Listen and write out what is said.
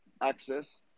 access